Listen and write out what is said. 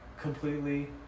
completely